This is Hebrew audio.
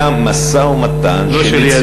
האם היה משא-ומתן, לא שלי ידוע.